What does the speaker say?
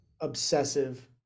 obsessive